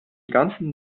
ganzen